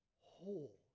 whole